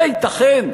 זה ייתכן?